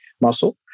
muscle